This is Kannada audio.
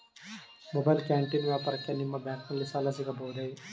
ಮೊಬೈಲ್ ಕ್ಯಾಂಟೀನ್ ವ್ಯಾಪಾರಕ್ಕೆ ನಿಮ್ಮ ಬ್ಯಾಂಕಿನಲ್ಲಿ ಸಾಲ ಸಿಗಬಹುದೇ?